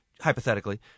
hypothetically